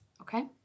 Okay